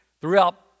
Throughout